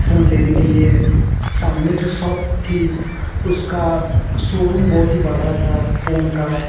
phone लेने के लिए सामने जो सॉप थी उसका सोरूम बहुत ही बड़ा था फोन का